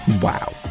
Wow